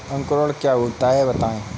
अंकुरण क्या होता है बताएँ?